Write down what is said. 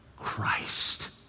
Christ